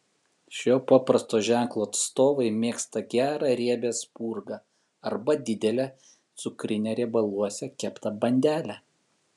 šio paprasto ženklo atstovai mėgsta gerą riebią spurgą arba didelę cukrinę riebaluose keptą bandelę